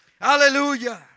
Hallelujah